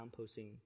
composting